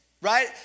right